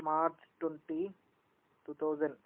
March twenty two thousand